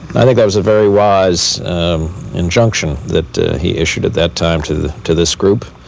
i think that was a very wise injunction that he issued at that time to to this group,